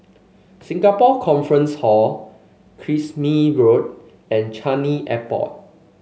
Singapore Conference Hall Kismis Road and Changi Airport